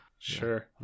sure